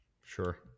sure